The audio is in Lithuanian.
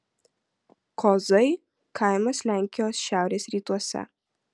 kozai kaimas lenkijos šiaurės rytuose